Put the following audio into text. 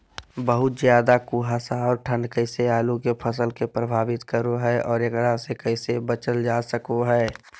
बहुत ज्यादा कुहासा और ठंड कैसे आलु के फसल के प्रभावित करो है और एकरा से कैसे बचल जा सको है?